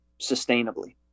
sustainably